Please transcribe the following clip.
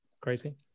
crazy